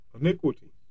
iniquity